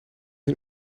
een